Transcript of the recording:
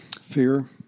Fear